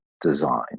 design